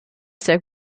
sehr